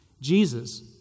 Jesus